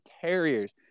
Terriers